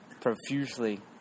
profusely